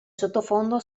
sottofondo